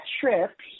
trip